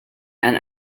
and